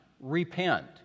repent